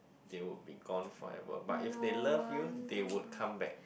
they will be gone forever but if they love you they would come back